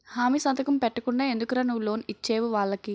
హామీ సంతకం పెట్టకుండా ఎందుకురా నువ్వు లోన్ ఇచ్చేవు వాళ్ళకి